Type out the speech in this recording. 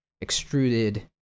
extruded